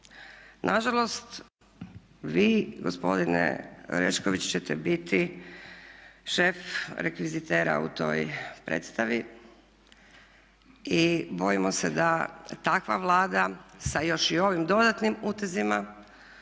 Na žalost, vi gospodine Orešković ćete biti šef rekvizitera u toj predstavi i bojimo se da takva Vlada sa još i ovim dodatnim utezima,